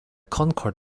concord